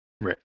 right